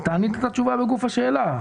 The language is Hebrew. אתה ענית את התשובה בגוף השאלה.